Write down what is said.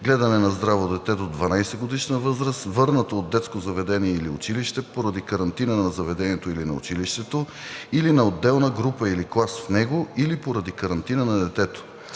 „гледане на здраво дете до 12-годишна възраст, върнато от детско заведение или училище поради карантина на заведението или на училището, или на отделна група или клас в него, или поради карантина на детето“,